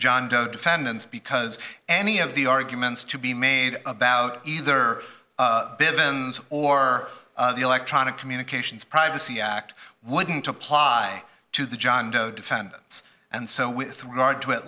john doe defendants because any of the arguments to be made about either bid or electronic communications privacy act wouldn't apply to the john doe defendants and so with regard to at